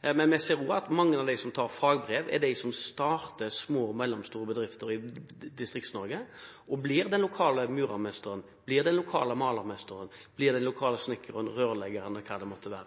Men vi ser også at mange av dem som tar fagbrev, starter små og mellomstore bedrifter i Distrikts-Norge, blir den lokale muremesteren, den lokale malermesteren, den lokale snekkeren, rørleggeren eller hva det måtte være.